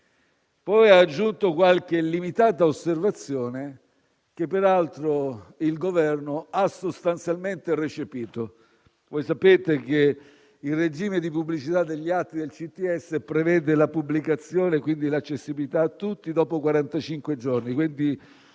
poi aggiunto qualche limitata osservazione che peraltro il Governo ha sostanzialmente recepito. Voi sapete che il regime di pubblicità degli atti del CTS prevede la pubblicazione, quindi l'accessibilità a tutti, dopo